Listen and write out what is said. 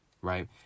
right